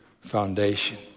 foundation